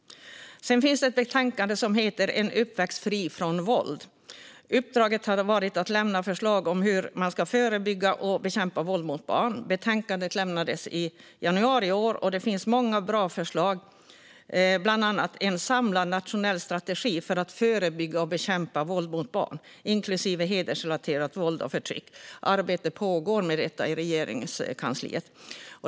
Det finns ett betänkande som heter En uppväxt fri från våld . Uppdraget har varit att lämna förslag om hur man ska förebygga och bekämpa våld mot barn. Betänkandet lämnades i januari i år. Det innehåller många bra förslag, bland annat en samlad nationell strategi för att förebygga och bekämpa våld mot barn, inklusive hedersrelaterat våld och förtryck. Arbete med detta pågår i Regeringskansliet.